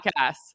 podcasts